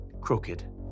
crooked